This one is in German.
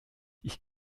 ich